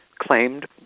claimed